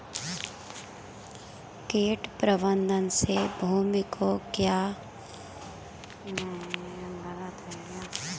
कीट प्रबंधन से भूमि को लाभ कैसे होता है?